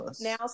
now